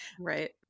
Right